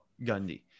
Gundy